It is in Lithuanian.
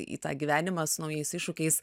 į tą gyvenimą su naujais iššūkiais